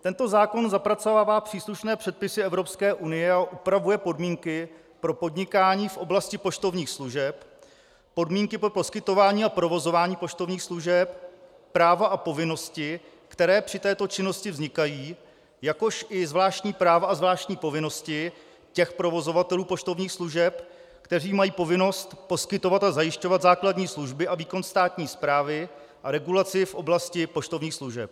Tento zákon zapracovává příslušné předpisy Evropské unie a upravuje podmínky pro podnikání v oblasti poštovních služeb, podmínky pro poskytování a provozování poštovních služeb, práva a povinnosti, které při této činnosti vznikají, jakož i zvláštní práva a zvláštní povinnosti těch provozovatelů poštovních služeb, kteří mají povinnost poskytovat a zajišťovat základní služby a výkon státní správy a regulaci v oblasti poštovních služeb.